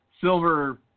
silver